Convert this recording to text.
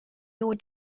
your